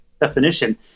definition